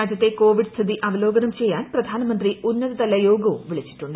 രാജ്യത്തെ കോവിഡ് സ്ഥിതി അവലോകനം ചെയ്യാൻ പ്രധാനമന്ത്രി ഉന്നതതല യോഗവും വിളിച്ചിട്ടുണ്ട്